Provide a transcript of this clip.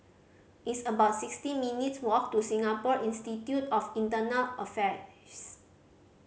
it's about sixty minutes' walk to Singapore Institute of Affairs